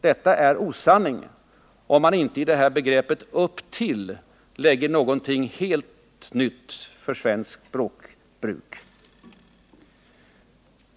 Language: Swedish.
Detta är osanning, om man inte i begreppet ”upp till” lägger något helt nytt för svenskt språkbruk.